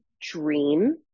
dream